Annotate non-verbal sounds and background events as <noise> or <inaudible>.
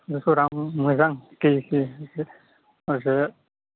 बोथोरा मोजां <unintelligible> आंसो